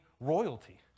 royalty